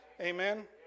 Amen